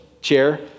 chair